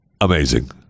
Amazing